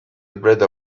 breda